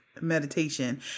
meditation